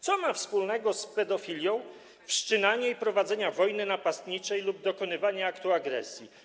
Co ma wspólnego z pedofilią wszczynanie i prowadzenie wojny napastniczej lub dokonywanie aktu agresji?